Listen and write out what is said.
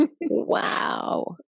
Wow